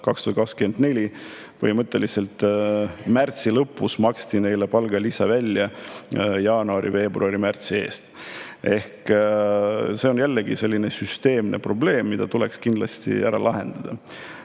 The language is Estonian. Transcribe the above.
2024. aasta märtsi lõpus maksti neile välja palgalisa jaanuari, veebruari ja märtsi eest. See on jällegi selline süsteemne probleem, mis tuleks kindlasti ära lahendada.